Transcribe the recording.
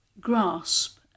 grasp